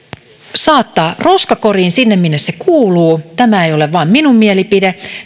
saattaa roskakoriin sinne minne se kuuluu tämä ei ole vain minun mielipiteeni